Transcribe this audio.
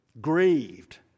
grieved